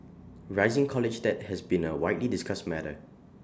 rising college debt has been A widely discussed matter